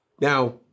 Now